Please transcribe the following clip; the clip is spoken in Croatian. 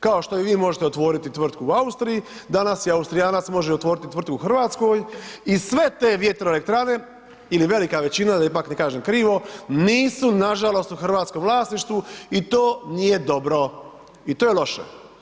Kao što i vi možete otvoriti tvrtku u Austriji, danas i Austrijanac može otvoriti tvrtku u Hrvatskoj i sve te vjetroelektrane ili velika većina, da ipak ne kažem krivo, nisu nažalost, u hrvatskom vlasništvu i to nije dobro i to je loše.